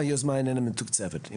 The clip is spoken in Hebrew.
התקציב שמתואר פה ע"ס שני מיליון ₪,